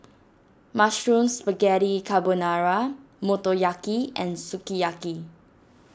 Mushroom Spaghetti Carbonara Motoyaki and Sukiyaki